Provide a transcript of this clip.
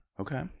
Okay